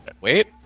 wait